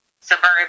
suburban